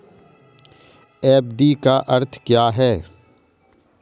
FD का अर्थ क्या है?